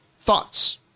thoughts